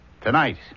Tonight